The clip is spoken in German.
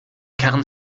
kern